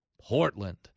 Portland